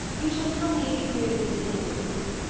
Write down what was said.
you shall tell me of these grievances another time.